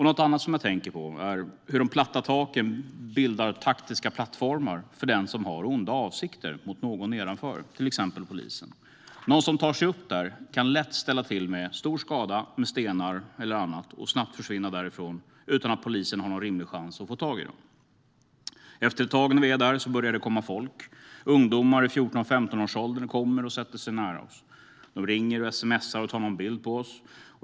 Något annat som jag tänker på är hur de platta taken bildar taktiska plattformar för den som har onda avsikter mot någon nedanför, till exempel polisen. Den som tar sig upp där kan lätt ställa till med stor skada med stenar eller annat och snabbt försvinna därifrån utan att polisen har en rimlig chans att få tag i dem. Efter ett tag börjar folk komma fram. Ungdomar i 14 och 15-årsåldern sätter sig nära oss. De ringer, sms:ar och tar någon bild av oss.